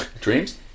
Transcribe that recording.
dreams